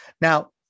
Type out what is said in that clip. Now